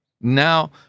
now